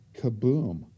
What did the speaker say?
kaboom